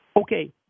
Okay